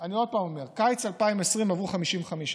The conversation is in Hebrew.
אני עוד פעם אומר: בקיץ 2020 עברו 55%